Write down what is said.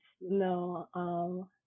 no